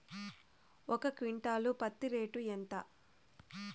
ఒక క్వింటాలు పత్తి రేటు ఎంత?